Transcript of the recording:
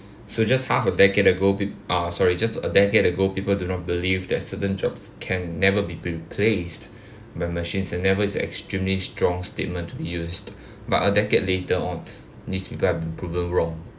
so just half a decade ago peo~ ah sorry just a decade ago people do not believe that certain jobs can never be be replaced by machines and never is an extremely strong statement to be used but a decade later on these people have been proven wrong